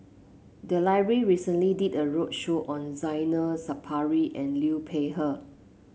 the library recently did a roadshow on Zainal Sapari and Liu Peihe